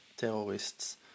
Terrorists